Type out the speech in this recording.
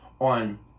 on